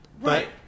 Right